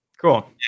Cool